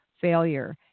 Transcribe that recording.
failure